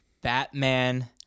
Batman